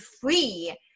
free